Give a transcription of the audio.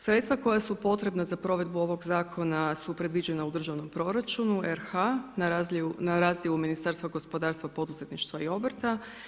Sredstva koja su potrebna za provedbu ovog zakona su predviđena u državnom proračunu RH, na razdjelu Ministarstva gospodarstva poduzetništva i obrta.